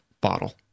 bottle